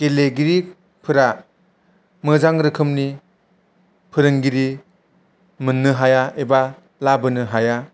गेलेगिरिफोरा मोजां रोखोमनि फोरोंगिरि मोन्नो हाया एबा लाबोनो हाया